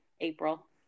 April